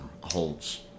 holds